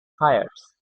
fires